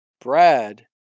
Brad